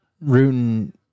rooting